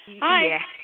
Hi